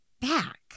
back